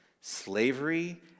slavery